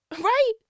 Right